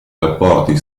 rapporti